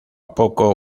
poco